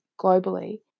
globally